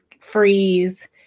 freeze